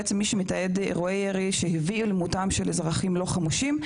בעצם מי שמתעד אירועי ירי שהביאו למותם של אזרחים לא חמושים,